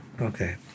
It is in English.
Okay